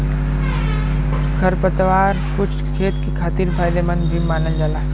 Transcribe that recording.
खरपतवार कुछ खेत के खातिर फायदेमंद भी मानल जाला